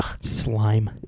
slime